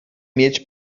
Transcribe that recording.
mieć